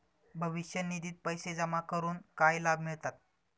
भविष्य निधित पैसे जमा करून काय लाभ मिळतात?